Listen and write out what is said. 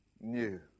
new